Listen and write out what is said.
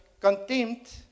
contempt